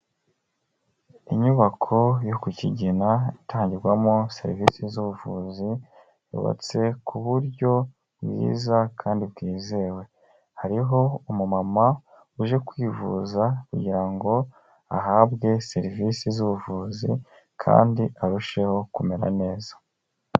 Inyubako yo Kukigia itangirwamo serivisi z'ubuvuzi yubatse ku buryo bwiza kandi bwizewe, hariho umumama uje kwivuza kugira ngo ahabwe serivisi z'ubuvuzi kandi arusheho kumera neza.